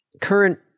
current